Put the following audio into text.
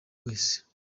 wese